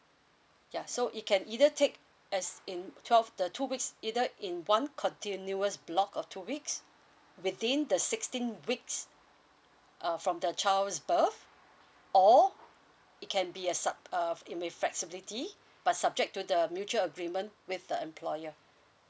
ya so it can either take as in twelve the two weeks either in one continuous block of two weeks within the sixteen weeks err from the child's birth or it can be a sub uh in with flexibility but subject to the mutual agreement with the employer